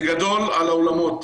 זה גדול על האולמות,